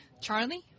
Charlie